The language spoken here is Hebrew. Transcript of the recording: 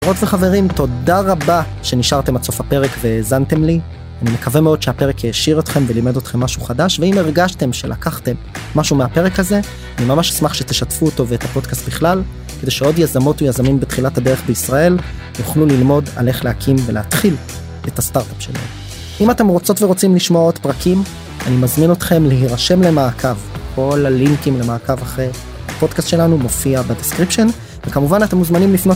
חברות וחברים, תודה רבה שנשארתם עד סוף הפרק והאזנתם לי. אני מקווה מאוד שהפרק העשיר אתכם ולימד אתכם משהו חדש, ואם הרגשתם שלקחתם משהו מהפרק הזה, אני ממש אשמח שתשתפו אותו ואת הפודקאסט בכלל, כדי שעוד יזמות ויזמים בתחילת הדרך בישראל יוכלו ללמוד על איך להקים ולהתחיל את הסטארטאפ שלהם. אם אתם רוצות ורוצים לשמוע עוד פרקים, אני מזמין אתכם להירשם למעקב. כל הלינקים למעקב אחרי הפודקאסט שלנו מופיע בדסקריפשן, וכמובן אתם מוזמנים לפנות...